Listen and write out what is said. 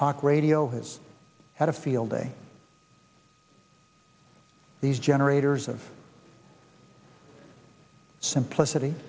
talk radio has had a field day these generators of simplicity